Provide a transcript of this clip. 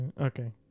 Okay